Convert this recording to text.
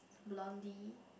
lonely